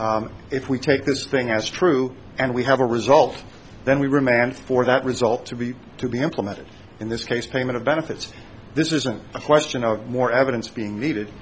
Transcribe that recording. if we take this thing as true and we have a result then we remand for that result to be to be implemented in this case payment of benefits this isn't a question of more evidence being needed